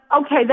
okay